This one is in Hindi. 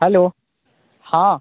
हलो हाँ